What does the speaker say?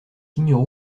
signaux